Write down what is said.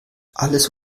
alles